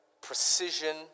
precision